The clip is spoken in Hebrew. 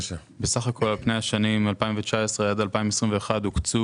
בסך הכול על פני השנים 2019 עד 2021 הוקצו